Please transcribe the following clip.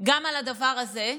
גם על הדבר הזה,